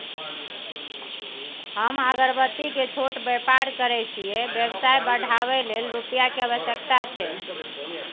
हम अगरबत्ती के छोट व्यापार करै छियै व्यवसाय बढाबै लै रुपिया के आवश्यकता छै?